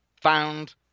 found